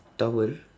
towel